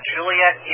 Juliet